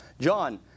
John